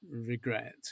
regret